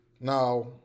Now